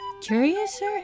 Curiouser